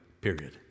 period